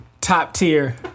top-tier